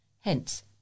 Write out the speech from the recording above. hence